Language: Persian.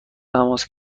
تماس